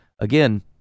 Again